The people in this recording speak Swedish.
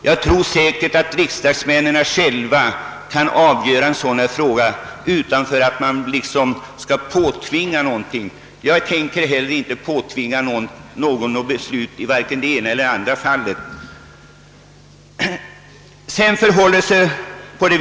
Jag tror säkert att riksdagsmännen kan avgöra en sådan här fråga utan att man påtvingar dem några åsikter. Jag tänker inte påtvinga någon något beslut i vare sig den ena eller den andra riktningen.